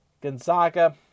Gonzaga